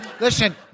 Listen